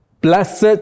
blessed